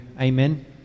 Amen